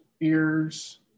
ears